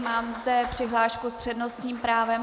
Mám zde přihlášku s přednostním právem.